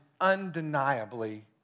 undeniably